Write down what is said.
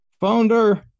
founder